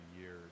years